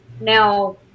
Now